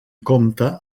compta